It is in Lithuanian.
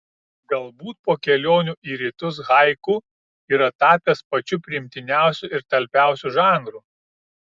galbūt po kelionių į rytus haiku yra tapęs pačiu priimtiniausiu ir talpiausiu žanru